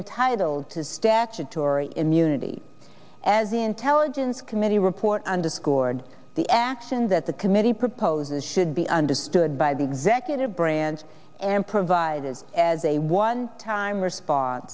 entitled to statutory immunity as the intelligence committee report underscored the action that the committee proposes should be understood by the executive branch and provided as a one time